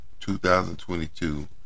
2022